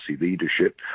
leadership